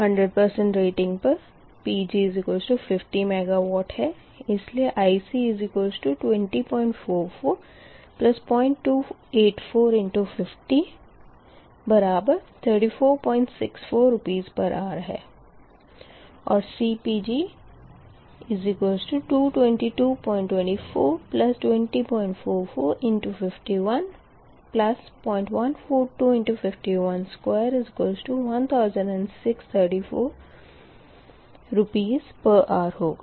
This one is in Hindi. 100 रेटिंग पर Pg50 MW है इसलिए IC20440284×503464 Rshr है और CPg51222242044×510142×5121634 Rshrहोगा